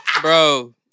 Bro